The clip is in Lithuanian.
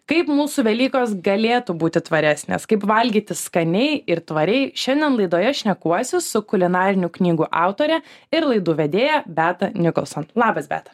kaip mūsų velykos galėtų būti tvaresnės kaip valgyti skaniai ir tvariai šiandien laidoje šnekuosi su kulinarinių knygų autore ir laidų vedėja beata nicholson labas beata